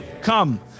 Come